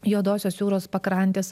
juodosios jūros pakrantės